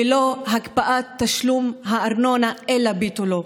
ולא להקפאת תשלום הארנונה אלא לביטולו.